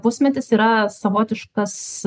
pusmetis yra savotiškas